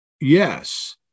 yes